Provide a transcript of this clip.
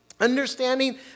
Understanding